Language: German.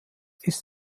ist